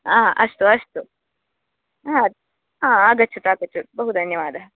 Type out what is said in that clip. आ अस्तु अस्तु हा हा आगच्छतु आगच्छतु बहु धन्यवादः